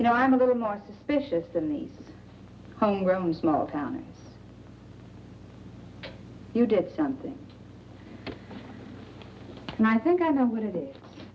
you know i'm a little more suspicious than these homegrown small town you did something and i think i know what it is